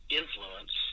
influence